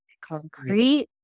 concrete